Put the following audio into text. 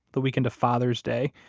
the weekend of father's day,